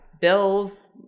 bills